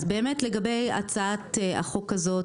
באמת לגבי הצעת החוק הזאת,